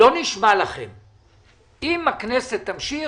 אם הכנסת תמשיך